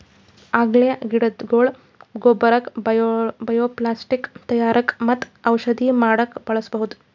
ಅಲ್ಗೆ ಗಿಡಗೊಳ್ನ ಗೊಬ್ಬರಕ್ಕ್ ಬಯೊಪ್ಲಾಸ್ಟಿಕ್ ತಯಾರಕ್ಕ್ ಮತ್ತ್ ಔಷಧಿ ಮಾಡಕ್ಕ್ ಬಳಸ್ಬಹುದ್